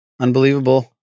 Unbelievable